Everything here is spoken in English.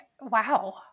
Wow